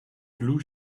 blue